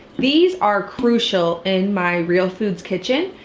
these are crucial in my real foods kitchen.